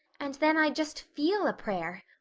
and then i'd just feel a prayer.